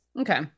okay